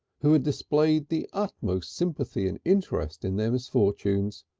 who had displayed the utmost sympathy and interest in their misfortunes.